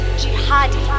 jihadi